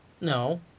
No